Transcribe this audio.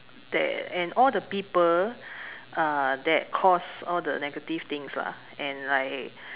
that and all the people uh that cause all the negative things lah and like um